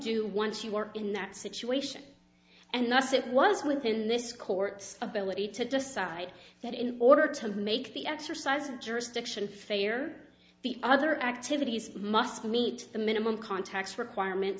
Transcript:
do once you were in that situation and thus it was within this court's ability to decide that in order to make the exercise of jurisdiction fair the other activities must meet the minimum contacts requirement